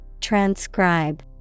Transcribe